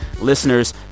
Listeners